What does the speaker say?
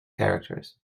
characters